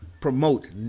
promote